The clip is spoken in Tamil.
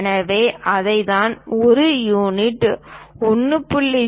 எனவே அதைத்தான் 1 யூனிட் 1